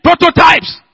prototypes